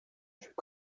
through